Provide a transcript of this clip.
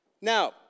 Now